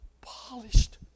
polished